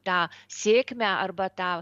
tą sėkmę arba tą